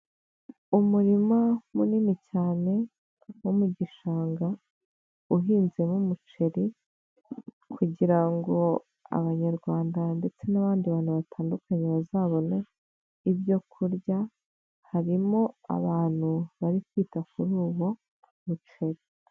Umurima munini cyane wo mu gishanga uhinzemo umuceri kugirango ngo abanyarwanda ndetse n'abandi bantu batandukanye bazabone ibyo kurya, harimo abantu bari kwita kuri uwo muceri.